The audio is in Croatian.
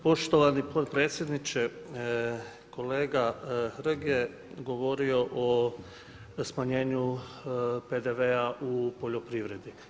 Poštovani potpredsjedniče, kolega Hrg je govorio o smanjenju PDV-a u poljoprivredi.